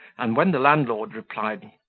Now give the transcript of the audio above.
and when the landlord replied,